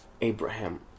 Abraham